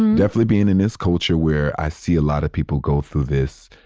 definitely being in this culture where i see a lot of people go through this,